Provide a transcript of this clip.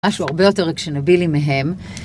משהו הרבה יותר רגשנבילי מהם